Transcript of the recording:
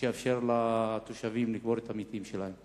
שיאפשר לתושבים לקבור את המתים שלהם.